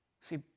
See